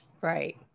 right